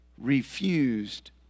refused